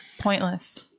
pointless